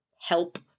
help